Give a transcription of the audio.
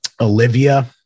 Olivia